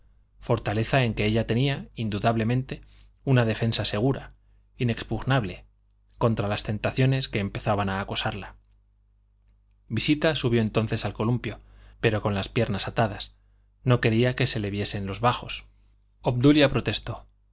fortaleza en que ella tenía indudablemente una defensa segura inexpugnable contra las tentaciones que empezaban a acosarla visita subió entonces al columpio pero con las piernas atadas no quería que se le viesen los bajos obdulia protestó